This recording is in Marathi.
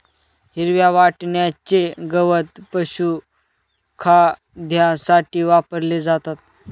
हिरव्या वाटण्याचे गवत पशुखाद्यासाठी वापरले जाते